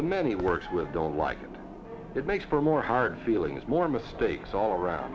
the men he works with don't like it it makes for more hard feelings more mistakes all around